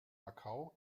macau